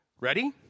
Ready